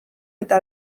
eta